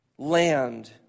land